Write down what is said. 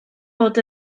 bod